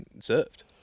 served